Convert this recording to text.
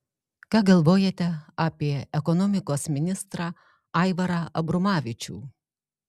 ką galvojate apie ekonomikos ministrą aivarą abromavičių